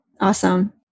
Awesome